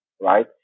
right